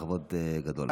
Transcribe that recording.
בכבוד גדול.